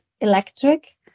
electric